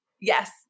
Yes